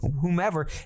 whomever